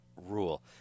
rule